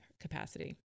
capacity